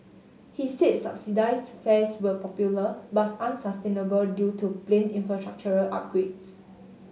he said subsidised fares were popular but unsustainable due to planned infrastructural upgrades